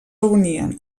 reunien